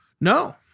No